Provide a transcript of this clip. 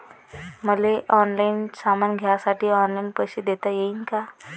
मले ऑनलाईन सामान घ्यासाठी ऑनलाईन पैसे देता येईन का?